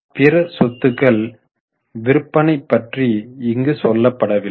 பிற சொத்துக்கள் விற்பனை பற்றி இங்கு சொல்லப்படவில்லை